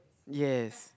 yes